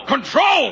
Control